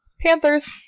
Panthers